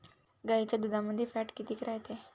गाईच्या दुधामंदी फॅट किती रायते?